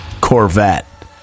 Corvette